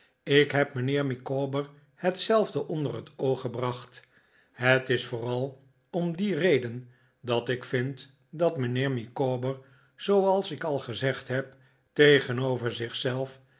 ik heb mijnheer micawber hetzelfde onder het oog gebracht het is vooral om die reden dat ik vind dat mijnheer micawber zooals ik al gezegd heb tegenover